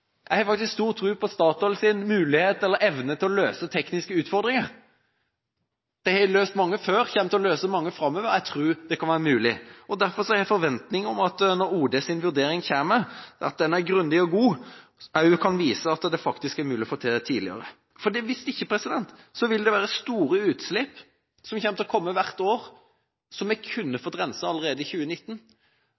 jeg har faktisk stor tro på Statoils mulighet og evne til å løse tekniske utfordringer. De har løst mange før, og de kommer til å løse mange framover, så jeg tror det kan være mulig. Derfor har jeg forventninger om at ODs vurdering når den kommer, er grundig og god, og også kan vise at det faktisk er mulig å få til dette tidligere. For hvis ikke vil det komme store utslipp hvert år som vi kunne